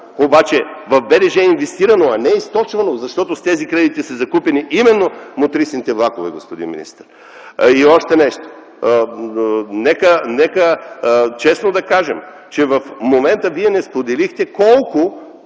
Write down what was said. обаче в БДЖ е инвестирано, а не е източвано, защото с тези кредити са закупени именно мотрисните влакове, господин министър. И още нещо. Нека честно да кажем, че в момента Вие не споделихте колко